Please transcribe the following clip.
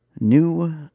new